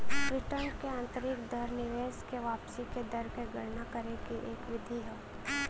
return क आंतरिक दर निवेश क वापसी क दर क गणना करे के एक विधि हौ